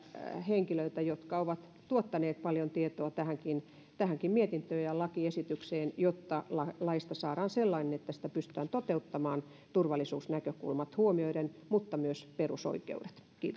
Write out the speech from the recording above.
henkilöitä jotka ovat tuottaneet paljon tietoa tähänkin tähänkin mietintöön ja lakiesitykseen jotta laista laista saadaan sellainen että sitä pystytään toteuttamaan turvallisuusnäkökulmat mutta myös perusoikeudet